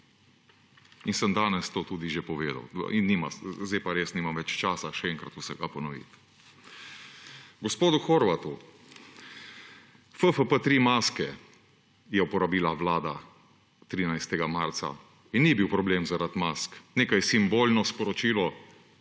In sem danes to tudi že povedal. Zdaj pa res nimam več časa še enkrat vsega ponoviti. Gospodu Horvatu: FFP3 maske je uporabila vlada 13. marca in ni bil problem zaradi mask, nekaj simbolno sporočilo,